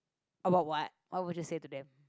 about what what would you say to them